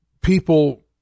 people